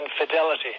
infidelity